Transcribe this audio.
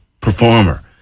performer